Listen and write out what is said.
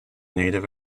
native